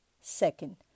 second